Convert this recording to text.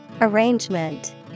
Arrangement